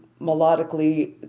melodically